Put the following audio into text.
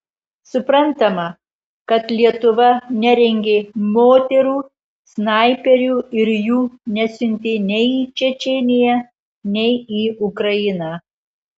suprantama kad lietuva nerengė moterų snaiperių ir jų nesiuntė nei į čečėniją nei į ukrainą